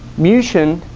musician